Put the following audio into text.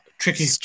Tricky